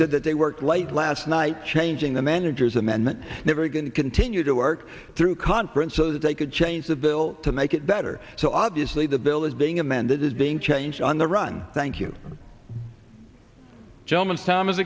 said that they worked late last night changing the manager's amendment never going to continue to work through conference so that they could change the bill to make it better so obviously the bill is being amended is being changed on the run thank you ge